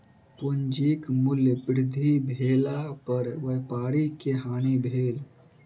पूंजीक मूल्य वृद्धि भेला पर व्यापारी के हानि भेल